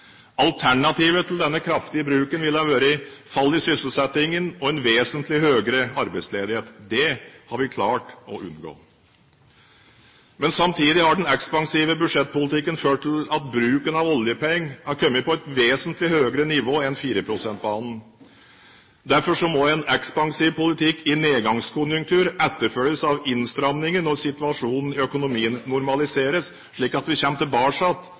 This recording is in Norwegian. Alternativet til denne kraftige bruken ville ha vært fall i sysselsettingen og en vesentlig høyere arbeidsledighet. Det har vi klart å unngå. Men samtidig har den ekspansive budsjettpolitikken ført til at bruken av oljepenger har kommet på et vesentlig høyere nivå enn 4-prosentbanen. Derfor må en ekspansiv politikk i nedgangskonjunkturer etterfølges av innstramminger når situasjonen i økonomien normaliseres, slik at vi